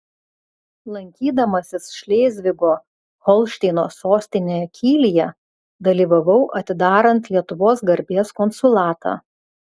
lankydamasis šlėzvigo holšteino sostinėje kylyje dalyvavau atidarant lietuvos garbės konsulatą